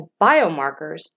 biomarkers